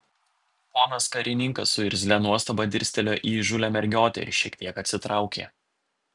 ponas karininkas su irzlia nuostaba dirstelėjo į įžūlią mergiotę ir šiek tiek atsitraukė